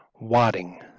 wadding